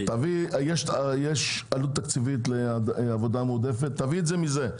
יש עלות תקציבית לעבודה מועדפת תביא את זה מזה.